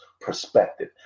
Perspective